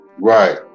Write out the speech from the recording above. Right